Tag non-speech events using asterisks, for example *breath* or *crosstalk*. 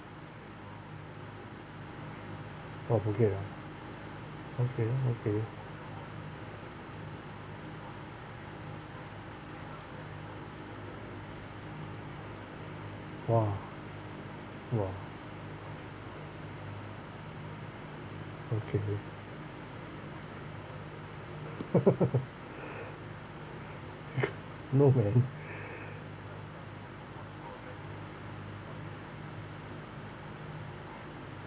oh phuket ah okay okay !wah! !wah! okay *laughs* *breath* *laughs* no man *breath*